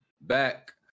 back